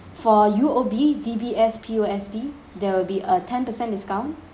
for U_O_B D_B_S P_O_S_B there will be a ten percent discount